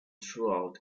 throughout